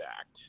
act